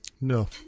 No